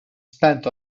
spent